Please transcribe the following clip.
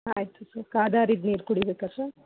ಆಯಿತು ಸರ್ ಕಾದಾರಿದ ನೀರು ಕುಡಿಬೇಕಾ ಸರ್